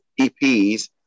EPs